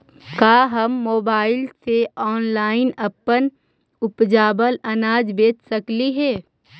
का हम मोबाईल से ऑनलाइन अपन उपजावल अनाज बेच सकली हे?